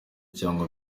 cyangwa